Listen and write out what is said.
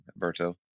Berto